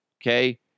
Okay